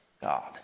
God